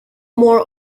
more